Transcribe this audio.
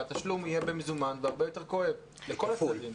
כשהתשלום יהיה במזומן והרבה יותר כואב לכל הצדדים.